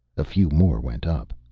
a few more went up.